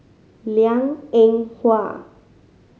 Liang Eng Hwa